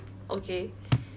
okay